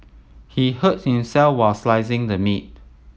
he hurt himself while slicing the meat